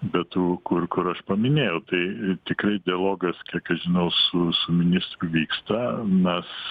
be tų kur kur aš paminėjau tai tikrai dialogas kiek aš žinau su su ministru vyksta mes